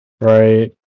Right